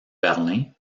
berlin